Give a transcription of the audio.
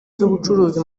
z’ubucuruzi